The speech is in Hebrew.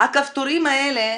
הכפתורים האלה,